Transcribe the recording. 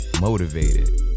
motivated